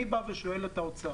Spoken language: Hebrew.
אני בא ושואל את האוצר: